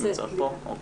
אני